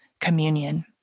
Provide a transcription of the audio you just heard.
communion